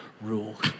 rule